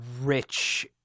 rich